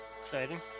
Exciting